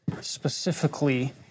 specifically